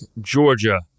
Georgia